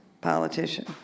politician